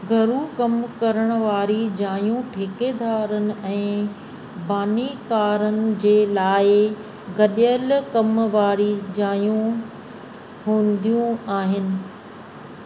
घरू कमु करणु वारी जायूं ठेकेदारनि ऐं बानीकारनि जे लाई गडि॒यलु कम वारी जायूं हूंदियूं आहिनि